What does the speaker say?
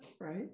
right